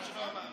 זה לא מה שאמרתי.